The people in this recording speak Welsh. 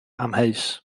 amheus